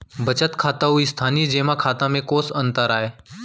बचत खाता अऊ स्थानीय जेमा खाता में कोस अंतर आय?